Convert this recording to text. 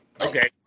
okay